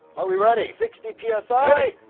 are we ready? sixty psi